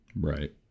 Right